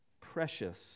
precious